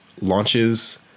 launches